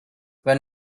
when